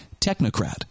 technocrat